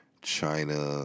China